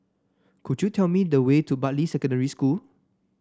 could you tell me the way to Bartley Secondary School